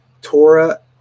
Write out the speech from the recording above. Torah